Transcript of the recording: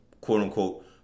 quote-unquote